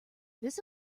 this